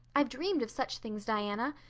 i've dreamed of such things, diana.